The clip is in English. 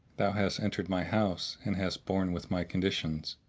thou hast entered my house and hast borne with my conditions,